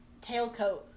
tailcoat